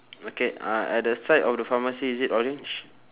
okay uh at the side of the pharmacy is it orange